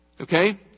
Okay